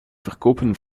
verkopen